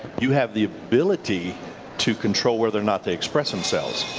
you have the ability to control whether or not they express themselves.